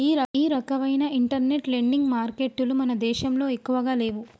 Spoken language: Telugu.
ఈ రకవైన ఇంటర్నెట్ లెండింగ్ మారికెట్టులు మన దేశంలో ఎక్కువగా లేవు